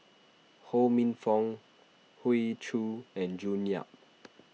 Ho Minfong Hoey Choo and June Yap